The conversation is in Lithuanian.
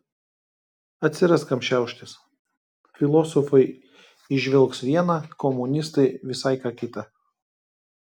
atsiras kam šiauštis filosofai įžvelgs viena komunistai visai ką kita